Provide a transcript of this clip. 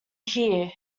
here